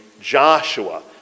Joshua